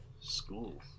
school